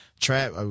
trap